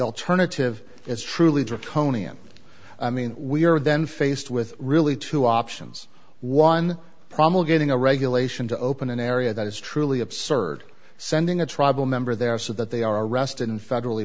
alternative is truly draconian i mean we are then faced with really two options one promulgating a regulation to open an area that is truly absurd sending a tribal member there so that they are arrested and federally